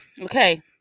Okay